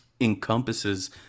encompasses